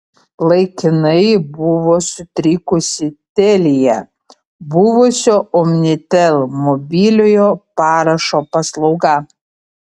laikinai buvo sutrikusi telia buvusio omnitel mobiliojo parašo paslauga